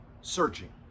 searching